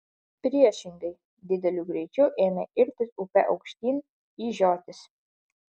priešingai dideliu greičiu ėmė irtis upe aukštyn į žiotis